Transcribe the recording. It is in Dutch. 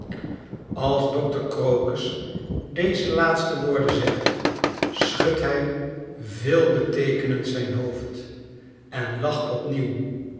als dokter crocus deze laatste woorden zegt schudt hij veelbeteekenend zijn hoofd enlacht